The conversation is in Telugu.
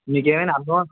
మీకేమైనా అర్ధమవ్